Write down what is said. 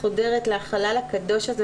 חודרת לחלל הקדוש הזה,